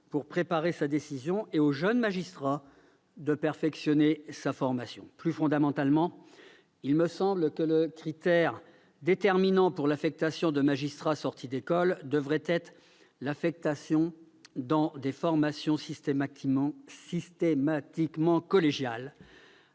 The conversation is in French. pour préparer sa décision et au jeune magistrat de perfectionner sa formation. Plus fondamentalement, il me semble que le critère déterminant pour l'affectation de magistrats sortis d'école devrait être l'affectation dans des formations systématiquement collégiales,